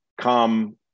come